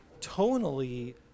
tonally